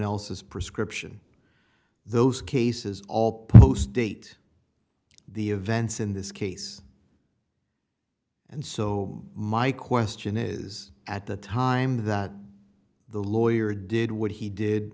else's prescription those cases all post date the events in this case and so my question is at the time that the lawyer did what he did